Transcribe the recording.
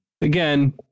again